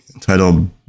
titled